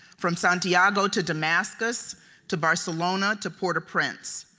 from santiago to damascus to barcelona to port-au-prince.